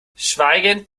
schweigend